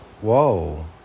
Whoa